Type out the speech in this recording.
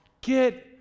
Get